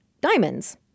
diamonds